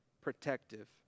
protective